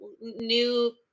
new